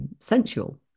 sensual